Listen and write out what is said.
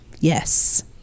Yes